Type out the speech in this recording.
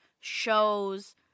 shows